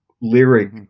lyric